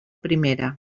primera